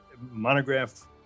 monograph